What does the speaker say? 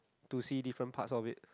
to see different parts of it